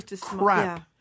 crap